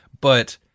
But-